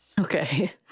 Okay